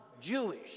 Jewish